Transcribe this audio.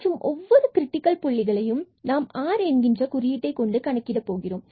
மற்றும் ஒவ்வொரு கிரிட்டிக்கல் புள்ளிகளை நாம் r என்கின்ற குறியீட்டை கொண்டு கணக்கிட போகிறோம்